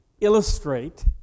illustrate